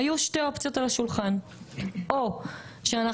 היו שתי האופציות על השולחן: או שאנחנו